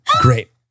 Great